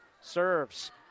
serves